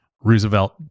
Roosevelt